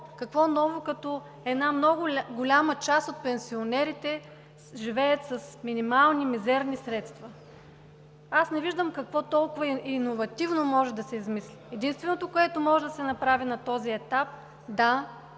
Какво ново, като една много голяма част от пенсионерите живеят с минимални, мизерни средства? Аз не виждам какво толкова иновативно може да се измисли? Единственото, което може да се направи на този етап – да,